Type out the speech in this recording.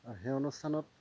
আৰু সেই অনুষ্ঠানত